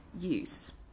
use